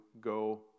go